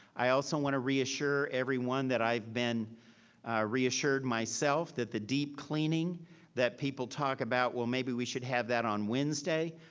i also wanna reassure everyone that i've been reassured myself, that the deep cleaning that people talk about, well, maybe we should have that on wednesday.